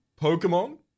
Pokemon